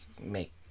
make